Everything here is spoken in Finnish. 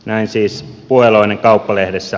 näin siis puheloinen kauppalehdessä